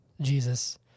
Jesus